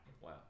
Wow